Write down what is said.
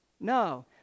no